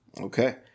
Okay